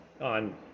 on